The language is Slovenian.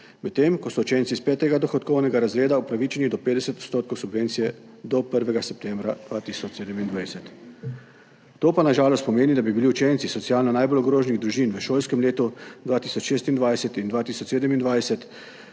medtem ko so učenci iz petega dohodkovnega razreda upravičeni do 50 % subvencije do 1. septembra 2027. To pa, na žalost, pomeni, da bi bili učenci socialno najbolj ogroženih družin v šolskem letu 2026/2027